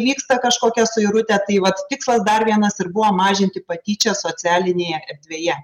vyksta kažkokia suirutė tai vat tikslas dar vienas ir buvo mažinti patyčias socialinėje erdvėje